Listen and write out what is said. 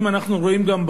אנחנו רואים גם,